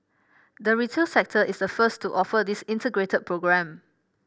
the retail sector is the first to offer this Integrated Programme